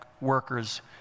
workers